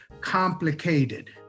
complicated